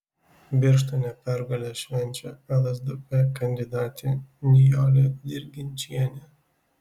birštone pergalę švenčia lsdp kandidatė nijolė dirginčienė